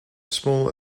small